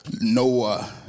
Noah